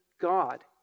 God